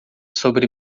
sobre